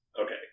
Okay